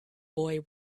boy